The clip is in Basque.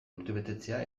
urtebetetzea